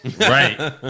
Right